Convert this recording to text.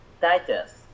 digest